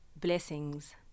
Blessings